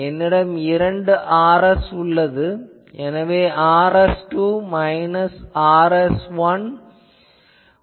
என்னிடம் இரண்டு Rs உள்ளது எனவே Rs2 மைனஸ் Rs1 வகுத்தல் Rs2 ஆகும்